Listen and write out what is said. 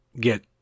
get